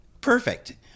Perfect